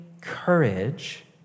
courage